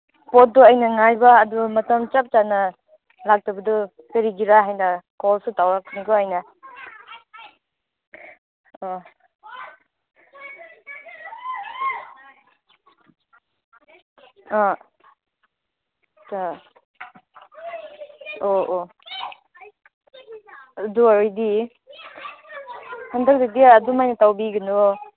ꯄꯣꯠꯇꯣ ꯑꯩꯅ ꯉꯥꯏꯕ ꯑꯗꯣ ꯃꯇꯝ ꯆꯞ ꯆꯥꯅ ꯂꯥꯛꯇꯕꯗꯨ ꯀꯔꯤꯒꯤꯔ ꯍꯥꯏꯅ ꯀꯣꯜꯁꯨ ꯇꯧꯔꯛꯄꯅꯤꯀꯣ ꯑꯩꯅ ꯑꯥ ꯑꯥ ꯑꯥ ꯑꯣ ꯑꯣ ꯑꯗꯨ ꯑꯣꯏꯔꯗꯤ ꯍꯟꯗꯛꯀꯤꯗꯤ ꯑꯗꯨꯃꯥꯏꯅ ꯇꯧꯕꯤꯒꯅꯨꯋꯣ